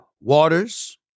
Waters